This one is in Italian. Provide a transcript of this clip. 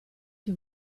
che